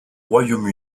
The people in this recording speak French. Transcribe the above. royaume